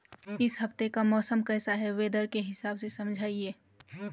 इस हफ्ते का मौसम कैसा है वेदर के हिसाब से समझाइए?